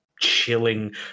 chilling